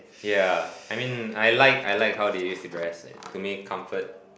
ya I mean I like I like how they use to dress it to me comfort